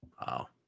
Wow